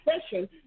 session